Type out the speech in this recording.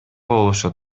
болушу